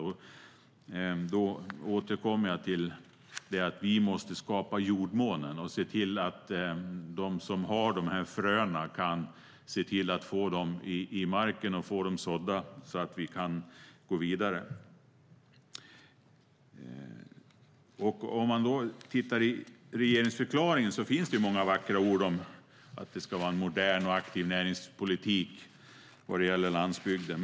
Jag återkommer till detta att vi måste skapa jordmånen och se till att de som har dessa frön kan få dem sådda i marken så att vi kan gå vidare.I regeringsförklaringen finns många vackra ord om att det ska vara en modern och aktiv näringspolitik vad gäller landsbygden.